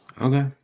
Okay